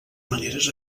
maneres